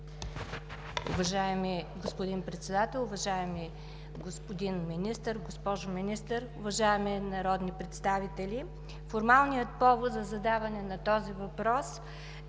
Уважаеми господин Председател, уважаеми господин Министър, госпожо Министър, уважаеми народни представители! Формалният повод за задаване на този въпрос е,